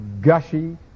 gushy